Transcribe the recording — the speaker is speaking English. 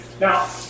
Now